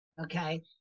Okay